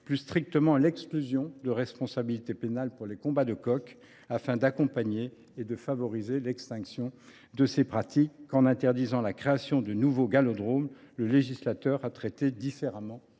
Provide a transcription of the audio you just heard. plus strictement l’exclusion de responsabilité pénale pour les combats de coqs afin d’accompagner et de favoriser l’extinction de ces pratiques ; qu’en interdisant la création de nouveaux gallodromes, le législateur a traité différemment